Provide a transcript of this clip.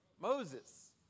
Moses